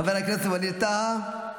חבר הכנסת ווליד טאהא,